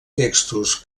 textos